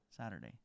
saturday